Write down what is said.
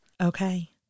Okay